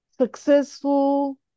successful